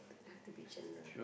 I have to be general